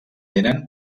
tenen